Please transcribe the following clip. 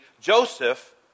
Joseph